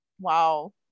wow